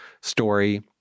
story